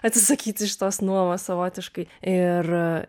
atsisakyti šitos nuomos savotiškai ir